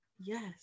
Yes